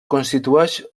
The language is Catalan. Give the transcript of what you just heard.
constitueix